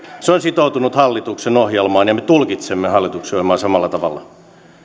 se on sitoutunut hallituksen ohjelmaan ja me tulkitsemme hallituksen ohjelmaa samalla tavalla